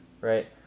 right